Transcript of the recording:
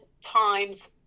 Times